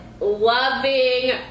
loving